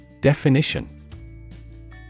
Definition